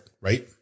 right